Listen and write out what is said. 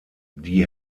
die